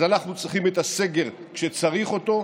אז אנחנו צריכים את הסגר כשצריך אותו,